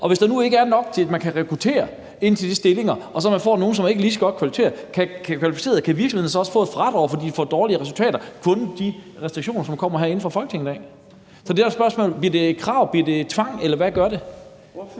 Og hvis der nu ikke er nok til, at man kan rekruttere ind til de stillinger og man så får nogle, som ikke er kvalificerede, kan virksomhederne så også få et fradrag, fordi de får dårlige resultater grundet de restriktioner, som kommer herinde fra Folketinget? Så spørgsmålet er: Bliver det et krav? Bliver det tvang, eller hvad gør det? Kl.